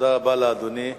תודה רבה לאדוני.